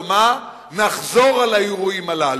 נחזור על האירועים הללו.